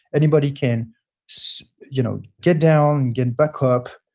anybody can so you know get down, get back up,